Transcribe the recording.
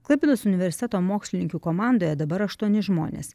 klaipėdos universiteto mokslininkių komandoje dabar aštuoni žmonės